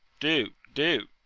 do, do.